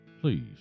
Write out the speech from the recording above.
Please